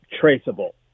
traceable